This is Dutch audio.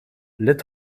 lid